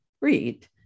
read